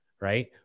Right